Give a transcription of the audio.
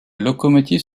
locomotive